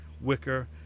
wicker